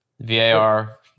VAR